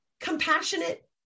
compassionate